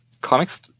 comics